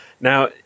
Now